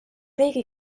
riigi